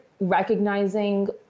recognizing